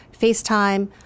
FaceTime